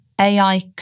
AI